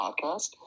podcast